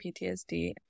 PTSD